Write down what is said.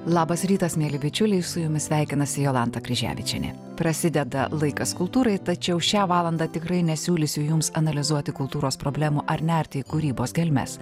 labas rytas mieli bičiuliai su jumis sveikinasi jolanta kryževičienė prasideda laikas kultūrai tačiau šią valandą tikrai nesiūlysiu jums analizuoti kultūros problemų ar nerti į kūrybos gelmes